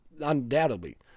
undoubtedly